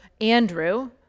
Andrew